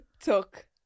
took